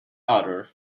other